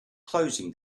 closing